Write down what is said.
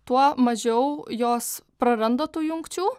tuo mažiau jos praranda tų jungčių